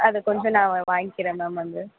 அதை கொஞ்சம் நான் வாங்கிக்கிறேன் மேம் வந்து